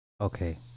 Okay